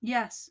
Yes